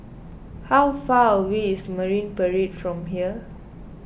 how far away is Marine Parade from here